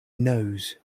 nose